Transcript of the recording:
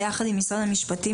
ביחד עם משרד המשפטים,